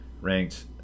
ranked